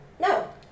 no